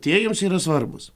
tie jums yra svarbūs